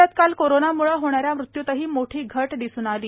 राज्यात काल कोरोनाम्ळे होणाऱ्या मृत्यूतही मोठी घट दिसून आली